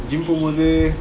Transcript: gym போகும்போது:pogumpothu